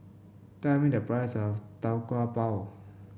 tell me the price of Tau Kwa Pau